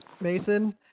Mason